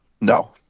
No